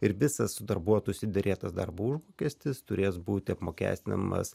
ir visas darbuotųsi derėtas darbo užmokestis turės būti apmokestinamas